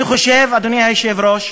אני חושב, אדוני היושב-ראש,